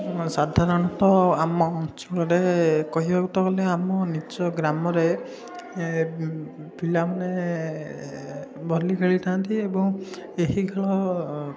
ସାଧାରଣତ ଆମ ଅଞ୍ଚଳରେ କହିବାକୁ ତ ଗଲେ ଆମ ନିଜ ଗ୍ରାମରେ ଏ ପିଲାମାନେ ଭଲ୍ଲି ଖେଳିଥାନ୍ତି ଏବଂ ଏହି ଖେଳ